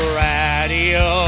radio